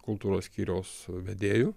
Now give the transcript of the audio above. kultūros skyriaus vedėju